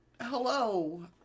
Hello